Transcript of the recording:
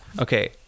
okay